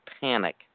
panic